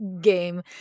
game